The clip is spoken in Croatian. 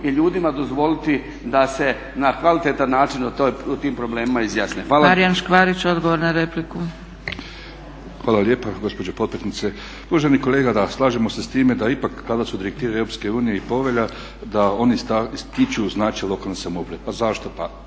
te ljudima dozvoliti da se na kvalitetan način o tim problemima izjasne. Hvala.